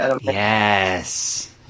Yes